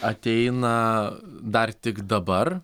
ateina dar tik dabar